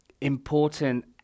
important